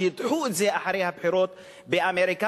שידחו את זה אחרי הבחירות באמריקה,